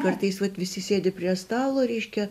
kartais vat visi sėdi prie stalo reiškia